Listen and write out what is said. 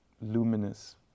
luminous